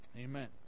Amen